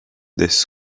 desses